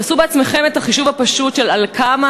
תעשו בעצמכם את החישוב הפשוט על כמה